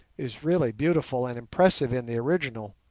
is really beautiful and impressive in the original